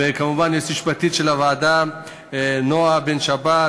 וכמובן, ליועצת המשפטית של הוועדה נועה בן-שבת,